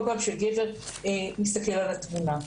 כל פעם שגבר מסתכל על התמונה.